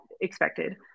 expected